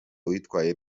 witwaye